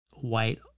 white